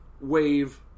wave